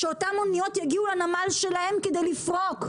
ואותם אניות יגיעו לנמל שלהם כדי לפרוק,